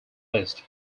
list